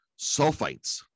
sulfites